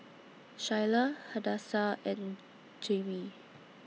Shyla Hadassah and Jaimie